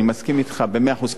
אני מסכים אתך במאה אחוז,